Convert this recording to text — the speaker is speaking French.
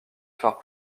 phares